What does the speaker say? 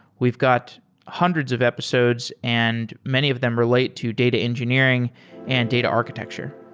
we've got hundreds of episodes and many of them relate to data engineering and data architecture.